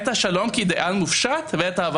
את השלום כאידיאל מופשט ואת ה-...